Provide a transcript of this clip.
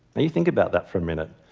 and you think about that for a minute.